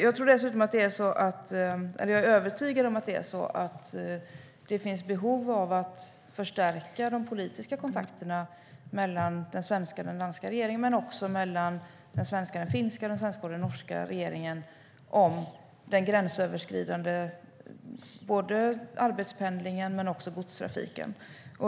Jag är dessutom övertygad om att det finns behov av att förstärka de politiska kontakterna mellan den svenska och den danska regeringen men också mellan den svenska och den finska regeringen och den svenska och den norska regeringen om den gränsöverskridande arbetspendlingen och godstrafiken.